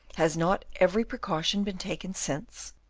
has not every precaution been taken since?